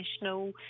national